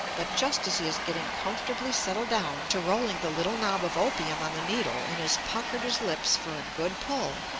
but just as he is getting comfortably settled down to rolling the little knob of opium on the needle and has puckered his lips for a good pull,